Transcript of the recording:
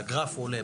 והגרף עולה.